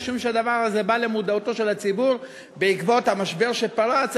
משום שהדבר הזה בא למודעותו של הציבור בעקבות המשבר שפרץ,